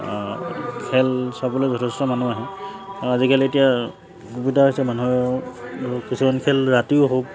খেল চাবলৈ যথেষ্ট মানুহ আহে আৰু আজিকালি এতিয়া সুবিধা হৈছে মানুহে কিছুমান খেল ৰাতিও হওক